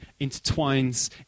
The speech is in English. intertwines